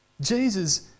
Jesus